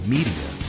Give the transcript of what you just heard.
Media